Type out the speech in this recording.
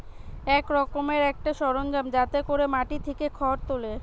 এক রকমের একটা সরঞ্জাম যাতে কোরে মাটি থিকে খড় তুলে